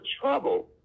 trouble